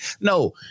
No